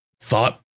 thought